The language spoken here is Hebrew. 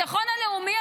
הביטחון הלאומי,